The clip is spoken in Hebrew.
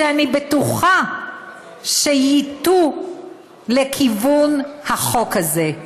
שאני בטוחה שייטו לכיוון החוק הזה,